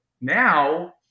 now